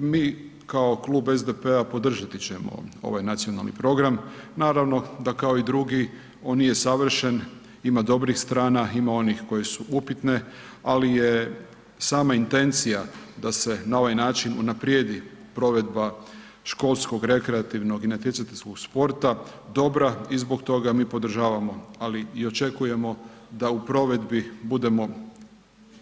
Mi kao Klub SDP-a podržati ćemo ovaj nacionalni program, naravno da kao i drugi on nije savršen, ima dobrih strana, ima onih koje su upitne, ali je sama intencija da se na ovaj način unaprijedi provedba školskog, rekreativnog i natjecateljskog sporta dobra i zbog toga mi podržavamo, ali i očekujemo da u provedbu budemo